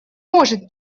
может